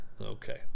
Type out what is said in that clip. Okay